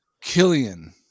Killian